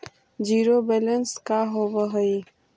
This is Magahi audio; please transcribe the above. जिरो बैलेंस का होव हइ?